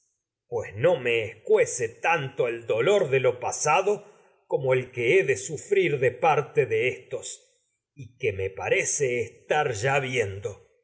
pues no me pasado como el que he de su escuece tanto el dolor de lo frir de parte de éstos y que me parece estar ya a viendo